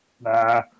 nah